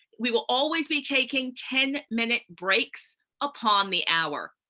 we will always be taking ten minute breaks upon the hour.